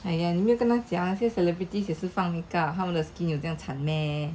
哎呀你没跟他讲那些 celebrities 也是放 make up 他们的 skin 有这样惨 meh